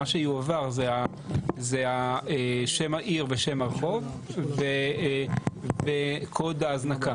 מה שיועבר זה שם העיר, שם הרחוב וקוד ההזנקה.